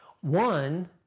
One